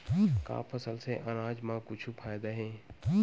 का फसल से आनाज मा कुछु फ़ायदा हे?